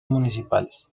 municipales